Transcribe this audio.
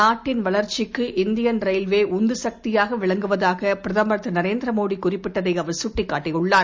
நாட்டின் வளர்ச்சிக்கு Indian railway உந்து சக்தியாக விளங்குவதாக பிரதமர் திருநரேந்திர மோடி குறிப்பிட்டதை அவர் சுட்டிக் காட்டியுள்ளார்